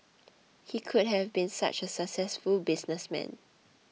he could have been such a successful businessman